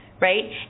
right